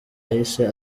yahise